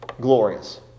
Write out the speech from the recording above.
glorious